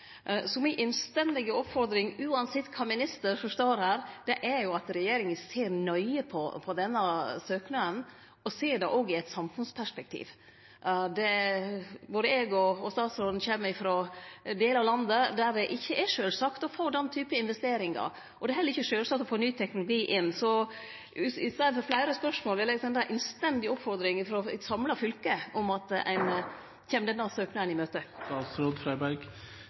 Så mi innstendige oppmoding, uansett kva minister som står her, er at regjeringa ser nøye på denne søknaden og òg ser han i eit samfunnsperspektiv. Både eg og statsråden kjem frå delar av landet der det ikkje er sjølvsagt å få den typen investeringar, og det er heller ikkje sjølvsagt å få ny teknologi inn. Så i staden for fleire spørsmål vil eg sende ei innstendig oppmoding frå eit samla fylke om at ein kjem denne søknaden i møte. Oppfordringen er registert og notert. Så er det slik at ordningen med utviklingskonsesjoner følger av